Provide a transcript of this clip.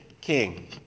king